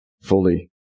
fully